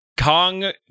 Kong